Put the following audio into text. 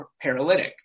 paralytic